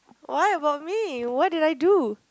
why about me what did I do